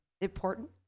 important